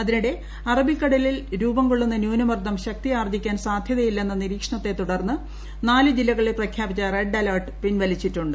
അതിനിടെ അറബിക്കടലിൽ രൂപം കൊള്ളുന്ന ന്യൂനമർദ്ദം ശക്തിയാർജ്ജിക്കാൻ സാധ്യതയില്ലെന്ന നിര്രീക്ഷണത്തെത്തുടർന്ന് നാല് ജില്ലകളിൽ പ്രഖ്യാപിച്ചു റെഡ് അലർട്ട് ്പിൻവലിച്ചിട്ടുണ്ട്